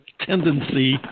Tendency